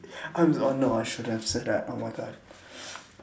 uh oh no I shouldn't have said that oh my god